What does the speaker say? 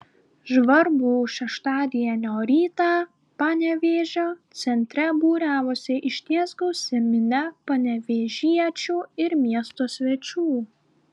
žvarbų šeštadienio rytą panevėžio centre būriavosi išties gausi minia panevėžiečių ir miesto svečių